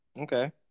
Okay